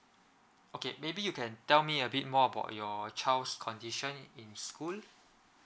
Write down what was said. okay maybe you can tell me a bit more about your child's condition in school